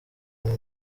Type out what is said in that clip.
amwe